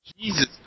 Jesus